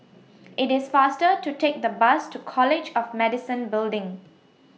IT IS faster to Take The Bus to College of Medicine Building